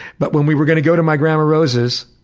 but when we were gonna go to my grandma rose's,